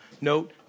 Note